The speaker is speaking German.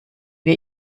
wir